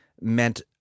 meant